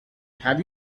have